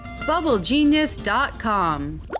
BubbleGenius.com